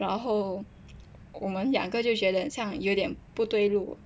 然后我们两个就觉得有点不对路